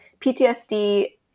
PTSD